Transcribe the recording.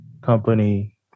company